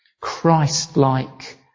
Christ-like